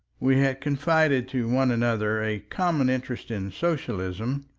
we had confided to one another a common interest in socialism,